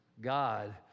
God